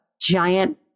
giant